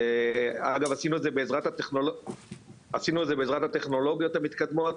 אגב, עשינו את זה בעזרת הטכנולוגיות המתקדמות